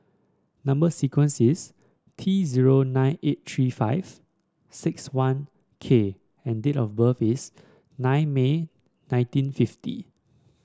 number sequence is T zero nine eight three five six one K and date of birth is nine May nineteen fifty